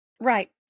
Right